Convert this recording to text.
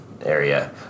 area